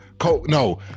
No